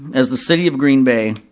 as the city of green bay,